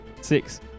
Six